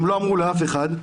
הם לא אמרו לאף אחד.